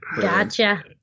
Gotcha